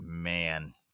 Man